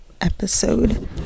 episode